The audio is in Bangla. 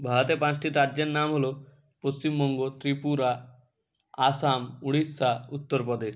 ভারতের পাঁচটি রাজ্যের নাম হলো পশ্চিমবঙ্গ ত্রিপুরা আসাম উড়িষ্যা উত্তর প্রদেশ